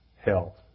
health